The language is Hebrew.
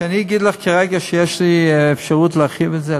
שאני אגיד לך כרגע שיש לי אפשרות להרחיב את זה?